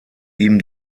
ihm